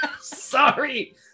sorry